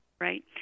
Right